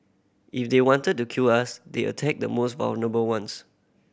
if they wanted to kill us they attack the most vulnerable ones